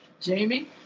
Jamie